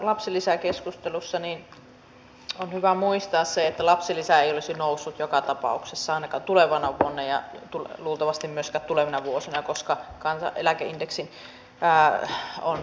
tässä lapsilisäkeskustelussa on hyvä muistaa se että lapsilisä ei olisi noussut joka tapauksessa ainakaan tulevana vuonna ja luultavasti ei myöskään tulevina vuosina koska kansaneläkeindeksi on miinusmerkkinen